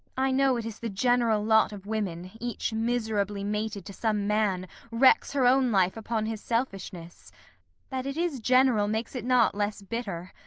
i know it is the general lot of women, each miserably mated to some man wrecks her own life upon his selfishness that it is general makes it not less bitter.